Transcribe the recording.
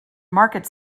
market